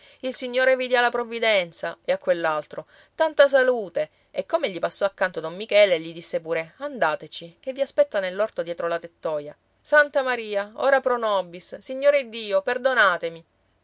il signore vi dia la provvidenza e a quell'altro tanta salute e come gli passò accanto don michele gli disse pure andateci che vi aspetta nell'orto dietro la tettoia santa maria ora pro nobis signore iddio perdonatemi